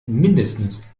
mindestens